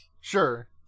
sure